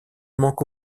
manque